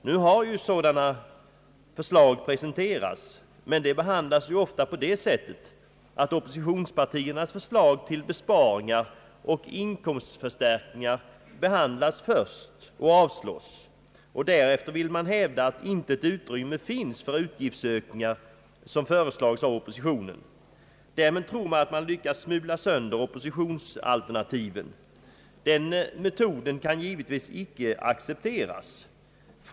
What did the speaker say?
Nu har sådana förslag presenterats, men det är ofta på det sättet att oppositionspartiernas förslag till besparingar och inkomstförstärkningar behandlas först och avslås, och därefter vill man hävda att intet utrymme finns för de utgiftsökningar som föreslagits av oppositionen. Därmed tror man att man lyckats smula sönder oppositionsalternativen. Den metoden kan givetvis inte accepteras.